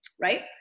right